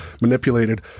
manipulated